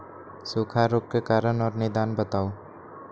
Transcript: सूखा रोग के कारण और निदान बताऊ?